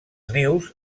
nius